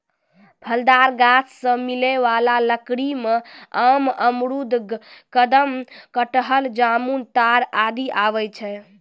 फलदार गाछ सें मिलै वाला लकड़ी में आम, अमरूद, कदम, कटहल, जामुन, ताड़ आदि आवै छै